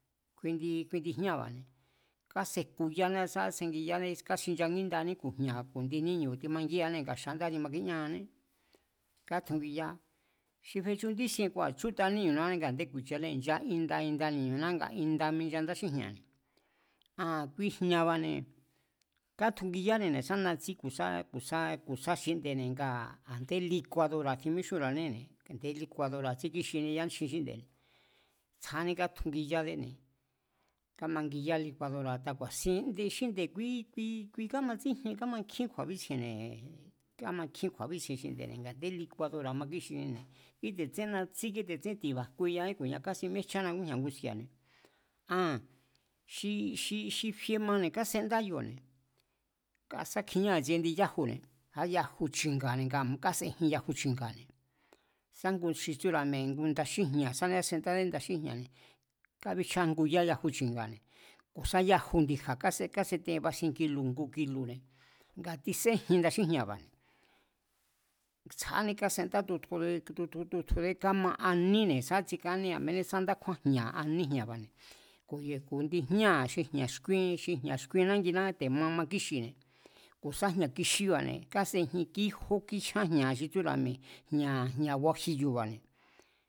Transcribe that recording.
Kui indi, kui ndi jñáa̱ba̱ne̱, kásejkuyáná sa kásengiyaná, sa káxinchangíndání jña̱ba̱ ku̱ indi níñu̱ba̱, timangíanée̱ nga xandá timakíñáané, kátjungiyá. Xi fechu nchísien kua̱ chútaña níñu̱nané nga a̱ndé ku̱i̱chiñanée̱, ncha inda inda ni̱ñu̱ná nga inda mincha ndáxíjña̱ne̱, aa̱n kui jña̱ba̱ne̱ kátjungiyánine̱ sá natsí ku̱ sá xinde̱ne̱ ngaa̱ a̱nde liku̱a̱dora̱ tjin míxúnra̱a née̱, a̱ndé licuadora̱ tsíkíxini yánchjin xí nde̱ne̱, tsjádé katjungiyádéne̱ kámangiyá licuadora̱ a̱ta ku̱a̱sin de xínde̱, kui kámatsíjien kámankjín kju̱a̱bítsjiene̱, kámankjín kju̱a̱bítsjien xínde̱ne̱ nga a̱ndé liku̱a̱dora̱ makíxinine̱, kíte̱tsén natsí kíte̱tsén ti̱ba̱jkueyajín ku̱nia kásin míéjchána ngújña̱ nguski̱a̱ne̱. A a̱n xi fiemane̱ kásendá kioba̱ne̱, a̱ sá kjiñá i̱tsie indi yájune̱, sá yaju chi̱nga̱ne̱ nga kásejin yaju chi̱nga̱ne̱, sá ngu xi tsúra̱ mi̱e̱, ngu nda xíjña̱ tsjádé kásendádé nda xíjña̱ne̱, kábíchja nguya yaju chi̱nga̱ne̱ ku̱ sa yaju ndi̱ja̱ káseten basien kilu̱ ngu kilu̱ne̱, tiséjin ndaxíjña̱ba̱ne̱, tsjádé kásenda tutju, tutjudé, káma aní sá tsikáni, a̱mení sá jña̱ aní jña̱ba̱ne̱, ku̱ indi jñáa̱ xi jña̱ xkúíen, xi jña̱ xkuin nánginá, te̱ ma makíxine̱, ku̱ sá jña̱ kixíba̱ne̱ kásejin kíjó kí jyán jña̱ xi tsúra̱ mi̱e̱ jña̱ guajiyo̱ba̱ne̱